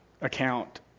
account